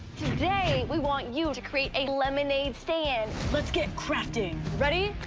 today, we want you to create a lemonade stand. let's get crafting! ready?